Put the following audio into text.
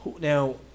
now